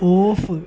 off